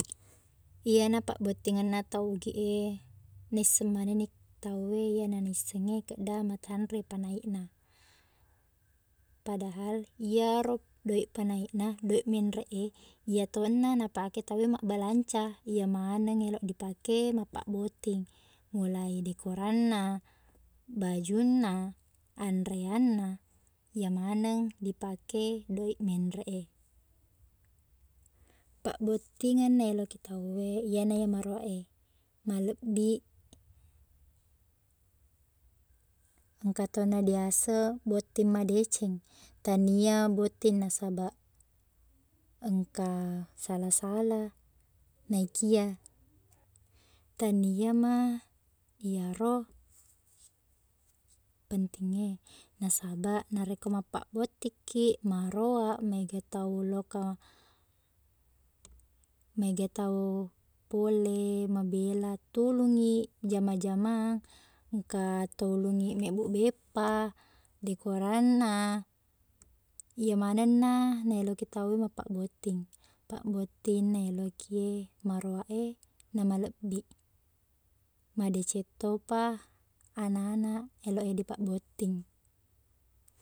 Iyana pabbottingengna tau Ogiq e, nisseng manengni tauwe iyena nissengnge kedda matanre panaikna. Padahal iyaro doiq panaikna, doiq menreq e, iyatona napake tauwe mabbalanca, iyamaneng elo dipake mappabbotting. Mulai dekoranna, bajunna, anreanna, iyamaneng dipake doiq menreq e. Pabbottingngeng naeloki tauwe, iyena e maroaq e malebbi. Engkatona diase botting madeceng. Tania botting nasaba engka sala-sala. Naikia taniama iyaro pentingnge. Nasaba, narekko mappabbottikkiq, maroaq, maega tau loka- maega tau pole mabela tulungngi jama-jamang, engka tulungngi meqbuq beppa, dekoranna, iyemanenna naeloki tauwe mappabboting. Pabbotting naeloki e maroaq e, na malebbiq. Madecengtopa ananak eloq e dipabbotting.